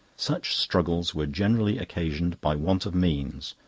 such struggles were generally occasioned by want of means,